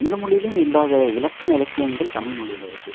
எந்த மொழிலையுமே இல்லாத இலக்கண இலக்கியங்கள் தமிழ்மொழியில் இருக்கு